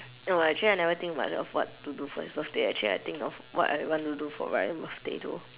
no I actually I never think much of what to do for his birthday actually I think of what I want to do for ryan birthday though